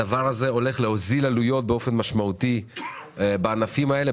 הדבר הזה הולך להוזיל עלויות באופן משמעותי בענפים האלה,